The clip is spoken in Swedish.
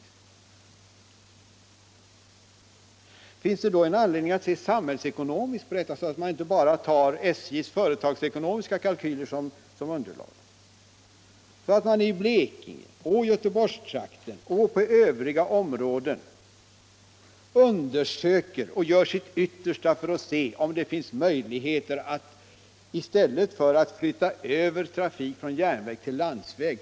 Föreligger det då inte anledning att se samhällsekonomiskt på denna fråga, så att man inte bara tar SJ:s företagsekonomiska kalkyler som underlag? Skall man inte då i Blekinge och Göteborgstrakten och i andra områden göra sitt yttersta för att använda järnvägen i stället för att flytta över trafiken från järnväg till landsväg?